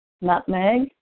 nutmeg